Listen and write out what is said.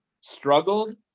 struggled